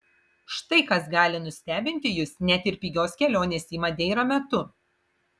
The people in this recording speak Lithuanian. štai kas gali nustebinti jus net ir pigios kelionės į madeirą metu